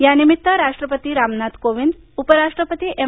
या निमित्त राष्ट्रपती रामनाथ कोविंद उपराष्ट्रपती एम